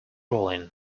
rolling